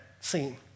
scene